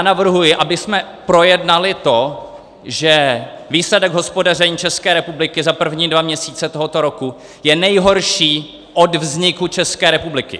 Navrhuji, abychom projednali to, že výsledek hospodaření České republiky za první dva měsíce tohoto roku je nejhorší od vzniku České republiky.